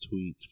tweets